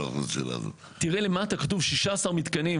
תראי למטה, כתוב למטה 16 מתקנים.